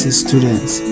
students